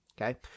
Okay